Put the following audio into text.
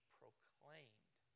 proclaimed